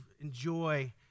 enjoy